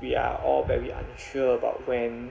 we are all very unsure about when